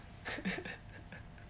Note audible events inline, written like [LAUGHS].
[LAUGHS]